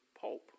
pulp